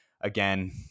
again